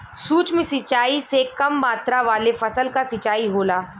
सूक्ष्म सिंचाई से कम मात्रा वाले फसल क सिंचाई होला